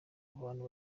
abantu